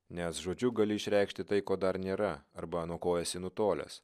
nes žodžiu gali išreikšti tai ko dar nėra arba nuo ko esi nutolęs